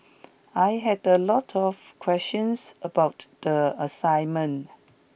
I had a lot of questions about the assignment